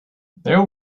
there